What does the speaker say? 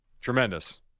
Tremendous